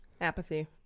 Apathy